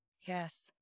Yes